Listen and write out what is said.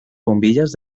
bombillas